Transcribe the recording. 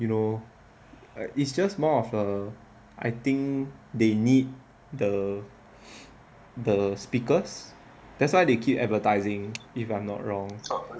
you know like it's just more of um I think they need the the speakers that's why they keep advertising if I'm not wrong